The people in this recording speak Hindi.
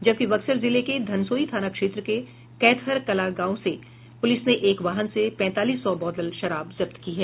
जबकि बक्सर जिले के धनसोई थाना क्षेत्र के कैथहर कला गांव से पुलिस ने एक वाहन से पैंतालिस सौ बोतल शराब जब्त की है